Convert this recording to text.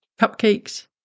Cupcakes